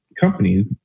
companies